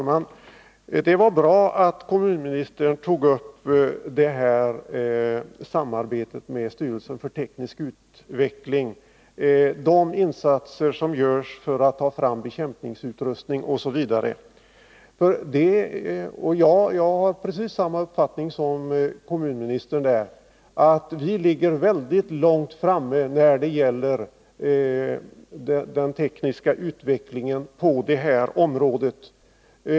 Fru talman! Det var bra att kommunministern tog upp samarbetet med Styrelsen för teknisk utveckling och de insatser som görs för att ta fram bekämpningsutrustning. Jag har precis samma uppfattning därvidlag som kommunministern — att vi ligger mycket långt framme när det gäller den tekniska utvecklingen på detta område.